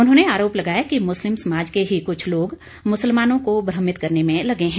उन्होंने आरोप लगाया कि मुस्लिम समाज के ही कुछ लोग मुसलमानों को भ्रमित करने में लगें हैं